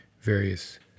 various